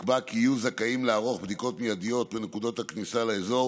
נקבע כי הם יהיו זכאים לערוך בדיקות מיידיות בנקודות הכניסה לאזור